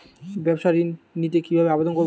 ব্যাবসা ঋণ নিতে কিভাবে আবেদন করব?